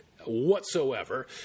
whatsoever